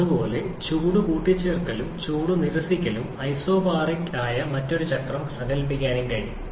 അതുപോലെ ചൂട് കൂട്ടിച്ചേർക്കലും ചൂട് നിരസിക്കലും രണ്ടും ഐസോബാറിക് ആയ മറ്റൊരു ചക്രം സങ്കൽപ്പിക്കാനും കഴിയും